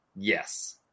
Yes